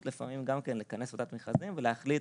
לפעמים גם כן לכנס ועדת מכרזים ולהחליט